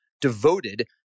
devoted